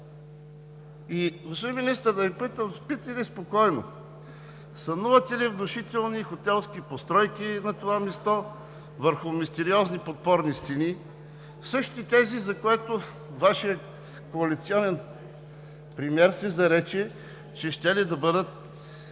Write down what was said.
Господин Министър, да Ви попитам: спите ли спокойно? Сънувате ли внушителни хотелски постройки на това място, върху мистериозни подпорни стени – същите тези, за които Вашият коалиционен премиер се зарече, че вътре щели да бъдат